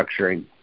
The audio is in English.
structuring